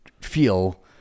feel